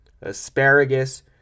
asparagus